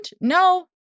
No